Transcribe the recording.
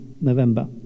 November